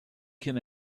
can